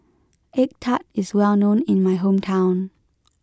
egg Tart is well known in my hometown